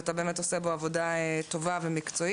ואתה באמת עושה בו עבודה טובה ומקצועית.